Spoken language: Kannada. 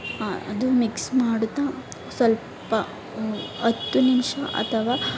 ಹಾಂ ಅದು ಮಿಕ್ಸ್ ಮಾಡುತ್ತಾ ಸ್ವಲ್ಪ ಹತ್ತು ನಿಮಿಷ ಅಥವಾ